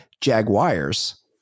jaguars